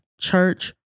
church